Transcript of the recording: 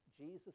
jesus